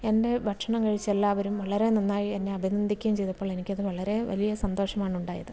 എൻ്റെ ഭക്ഷണം കഴിച്ചെല്ലാവരും വളരെ നന്നായി എന്നെ അഭിനന്ദിക്കുകയും ചെയ്തപ്പോൾ എനിക്കത് വളരെ വലിയ സന്തോഷമാണുണ്ടായത്